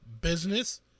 business